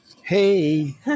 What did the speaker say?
hey